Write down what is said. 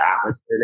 atmosphere